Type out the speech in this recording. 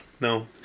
No